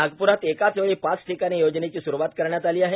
नागप्रात एकाचवेळी पाच ठिकाणी योजनेची सुरूवात करण्यात आली आहे